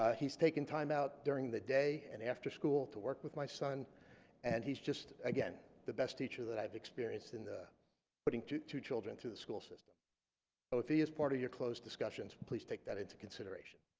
ah he's taken time out during the day and after school to work with my son and he's just again the best teacher that i've experienced in the putting two two children through the school system if he is part of your closed discussions please take that into consideration